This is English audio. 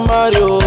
Mario